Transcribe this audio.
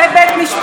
ובית משפט.